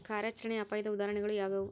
ಕಾರ್ಯಾಚರಣೆಯ ಅಪಾಯದ ಉದಾಹರಣೆಗಳು ಯಾವುವು